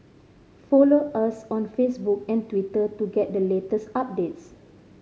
follow us on Facebook and Twitter to get the latest updates